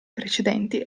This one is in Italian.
precedenti